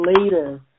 later